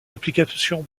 application